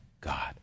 God